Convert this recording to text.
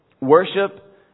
Worship